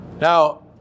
Now